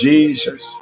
Jesus